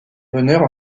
bonheur